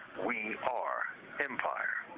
we are empire.